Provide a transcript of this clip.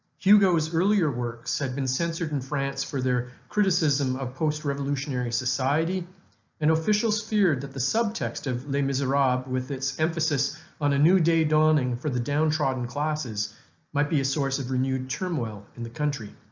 hugo's earlier works had been censored in france for their criticism of post revolutionary society and officials feared that the subtext of les miserables with its emphasis on a new day dawning for the downtrodden classes might be a source of renewed turmoil in the country.